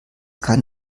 kann